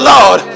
Lord